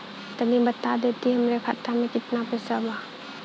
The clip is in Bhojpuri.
तनि बता देती की हमरे खाता में कितना पैसा बा?